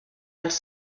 als